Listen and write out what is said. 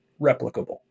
replicable